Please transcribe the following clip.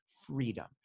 freedom